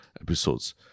episodes